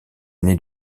aîné